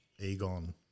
Egon